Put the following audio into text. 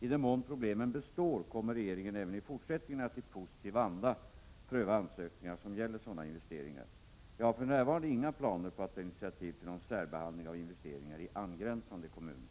I den mån problemen består kommer regeringen även i fortsättningen att i positiv anda pröva ansökningar som gäller sådana investeringar. Jag har för närvarande inga planer på att ta initiativ till någon särbehandling av investeringar i angränsande kommuner.